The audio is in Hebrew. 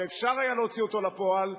ואפשר היה להוציא אותו לפועל,